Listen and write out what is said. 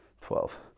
twelve